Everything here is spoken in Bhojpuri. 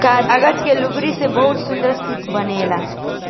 कागज के लुगरी से बहुते सुन्दर शिप बनेला